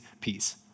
peace